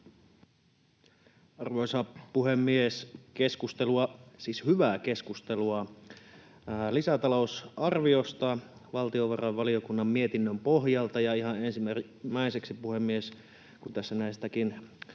Keskustelua, siis hyvää keskustelua, lisätalousarviosta valtiovarainvaliokunnan mietinnön pohjalta. Ihan ensimmäiseksi, puhemies, kun tässä näistä